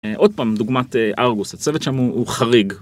עוד פעם דוגמת ארגוס הצוות שם הוא חריג.